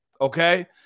okay